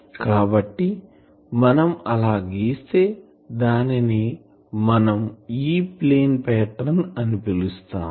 కాబట్టి మనం ఆలా గీస్తే దానిని మనం E ప్లేన్ పాటర్న్ అని పిలుస్తాం